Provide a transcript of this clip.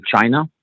China